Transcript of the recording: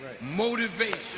motivation